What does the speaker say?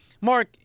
Mark